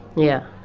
yeah.